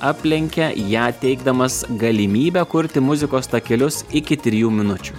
aplenkia ją teikdamas galimybę kurti muzikos takelius iki trijų minučių